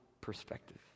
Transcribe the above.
perspective